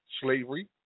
Slavery